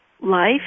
Life